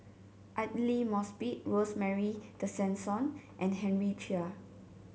Aidli Mosbit Rosemary Tessensohn and Henry Chia